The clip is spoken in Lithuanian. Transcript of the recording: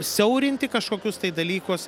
siaurinti kažkokius tai dalykus